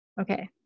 Okay